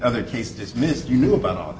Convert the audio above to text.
other case dismissed you knew about